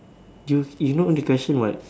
do you you know the question what